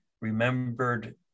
remembered